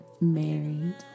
married